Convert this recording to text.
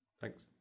Thanks